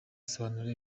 asobanura